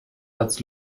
herz